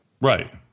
Right